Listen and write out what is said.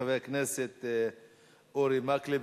חבר הכנסת אורי מקלב,